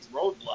Roadblock